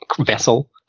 vessel